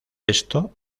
esto